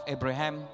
Abraham